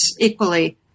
equally